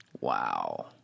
Wow